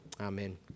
Amen